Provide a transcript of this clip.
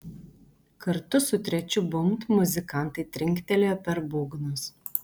kartu su trečiu bumbt muzikantai trinktelėjo per būgnus